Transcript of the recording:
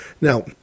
Now